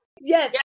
Yes